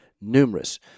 numerous